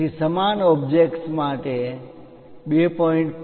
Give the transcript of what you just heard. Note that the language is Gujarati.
તેથી સમાન ઓબ્જેક્ટ માટે 2